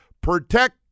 protect